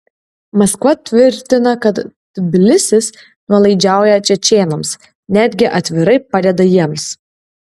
maskva tvirtina kad tbilisis nuolaidžiauja čečėnams netgi atvirai padeda jiems